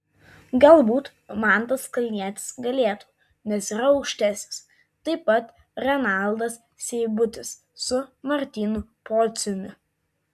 galbūt mantas kalnietis galėtų nes yra aukštesnis taip pat renaldas seibutis su martynu pociumi